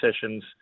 sessions